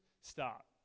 stop